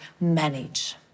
manage